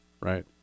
Right